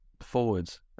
forwards